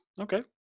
Okay